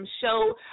show